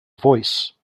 voice